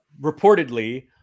reportedly